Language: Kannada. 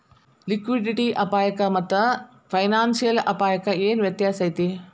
ಲಿಕ್ವಿಡಿಟಿ ಅಪಾಯಕ್ಕಾಮಾತ್ತ ಫೈನಾನ್ಸಿಯಲ್ ಅಪ್ಪಾಯಕ್ಕ ಏನ್ ವ್ಯತ್ಯಾಸೈತಿ?